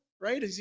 right